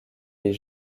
les